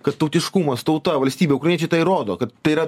kad tautiškumas tauta valstybė ukrainiečiai tai rodo kad tai yra